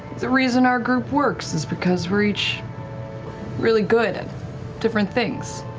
the reason our group works is because we're each really good at different things.